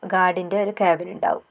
ഗാർഡിൻ്റെ ഒരു ക്യാബിൻ ഉണ്ടാകും